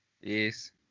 Yes